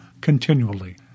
continually